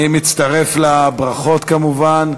אני מצטרף לברכות, כמובן.